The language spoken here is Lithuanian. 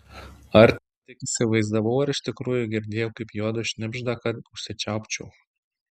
ar tik įsivaizdavau ar iš tikrųjų girdėjau kaip juodu šnibžda kad užsičiaupčiau